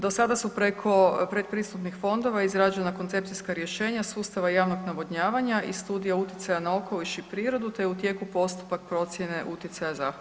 Do sada su preko pretpristupnih fondova izrađena koncepcijska rješenja sustava javnog navodnjavanja i studija utjecaja na okoliš i prirodu te je u tijeku postupak procjene utjecaja zahvata.